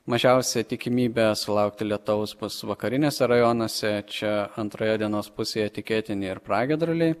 mažiausia tikimybė sulaukti lietaus bus vakariniuose rajonuose čia antroje dienos pusėje tikėtini ir pragiedruliai